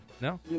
No